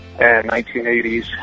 1980s